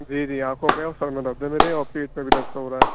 جی جی آنکھوں میں اور سر میں درد ہے میرے اور پیٹ میں بھی درد ہو رہا ہے